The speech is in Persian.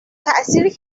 تاثیر